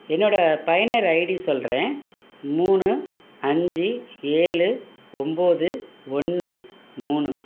என்னோடய பயனர் ஐடி சொல்கிறேன் மூணு அஞ்சு ஏழு ஒன்பது ஒன்று மூணு